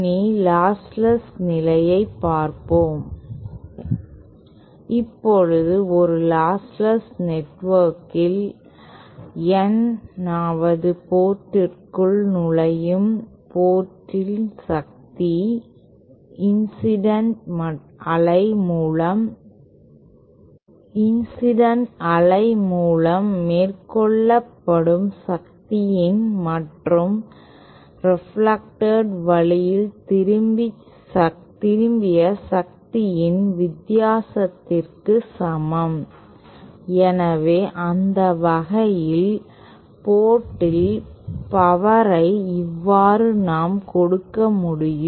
இனி லாஸ்ட்லெஸ் நிலையைப் பார்ப்போம் இப்போது ஒரு லாஸ்ட்லெஸ் நெட்வொர்க்கில் n வது போர்டுக்குல் நுழையும் போர்டல் சக்தி இன்சிடென்ட் அலை மூலம் மேற்கொள்ளப்படும் சக்தியின் மற்றும் ரெப்லெக்டட் வழியில் திரும்பிய சக்தியின் வித்தியாசத்திற்கும் சமம் எனவே அந்த வகையில் போர்டல் பவரை இவ்வாறு நாம் கொடுக்க முடியும்